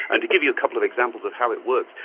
and to give you a couple of examples of how it works,